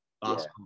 basketball